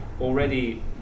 Already